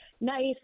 nice